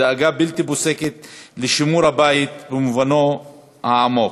בדאגה בלתי פוסקת לשימור הבית במובנו העמוק.